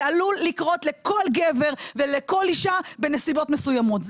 זה עלול לקרות לכל גבר ולכל אישה בנסיבות מסוימות.